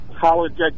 College